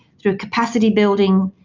through capacity building,